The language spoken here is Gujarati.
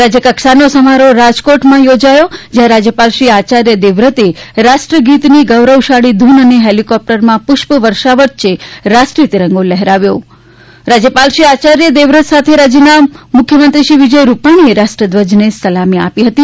રાજ્યકક્ષાનો સમારોહ રાજકોટમાં યોજાયો જ્યાં રાજ્યપાલશ્રી આયાર્ય દેવવ્રતે રાષ્ટ્રગીતની ગૌરવશાળી ધૂન અને હેલિકોપ્ટરમાં પુષ્પવર્ષા વચ્ચે રાષ્ટ્રીય તિરંગો લહેરાવ્યો રાજ્યપાલશ્રી આચાર્ય દેવવ્રત સાથે રાજયના મુખ્યમંત્રીશ્રી વિજય રૂપાણીએ ઉન્નત ભારતના ગૌરવ સમાન રાષ્ટ્રધ્વજને સલામી આપી હતી